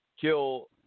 kill